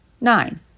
Nine